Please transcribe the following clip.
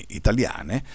italiane